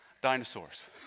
dinosaurs